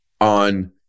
On